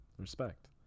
respect